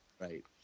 Right